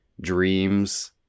dreams